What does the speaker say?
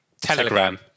Telegram